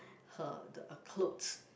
her the a clothes